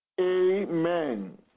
Amen